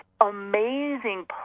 amazing